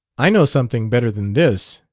i know something better than this,